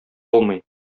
алмый